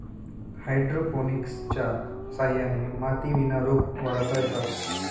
हायड्रोपोनिक्सच्या सहाय्याने मातीविना रोपं वाढवता येतात